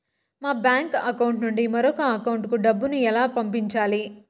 మా bank account నుండి మరొక అకౌంట్ కు డబ్బును ఎలా పంపించాలి